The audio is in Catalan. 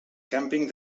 càmping